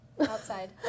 Outside